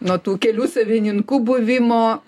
nuo tų kelių savininkų buvimo